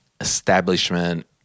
establishment